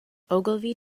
ogilvy